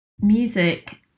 music